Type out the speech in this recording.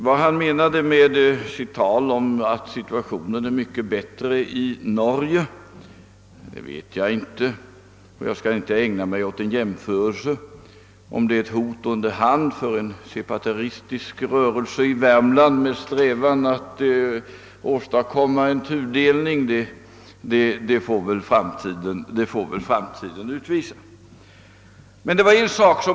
Vad han menade med sitt tal om att situationen är mycket bättre i Norge vet jag inte, och jag skall inte ägna mig åt någon spekulation om huruvida det var menat som ett hot under hand om en separatistisk rörelse i Värmland med strävan att åstadkomma en tudelning — det får väl framtiden utvisa.